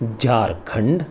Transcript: Jharkhand